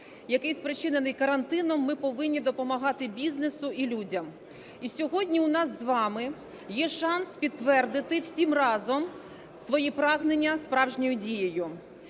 який спричинений карантином, ми повинні допомагати бізнесу і людям. І сьогодні у нас з вами є шанс підтвердити всім разом свої прагнення справжньою дією.